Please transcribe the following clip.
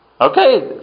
Okay